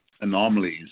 anomalies